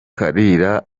kalira